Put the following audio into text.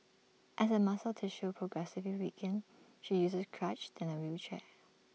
as her muscle tissue progressively weakened she used crutches then A wheelchair